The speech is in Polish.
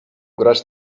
grać